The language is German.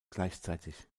gleichzeitig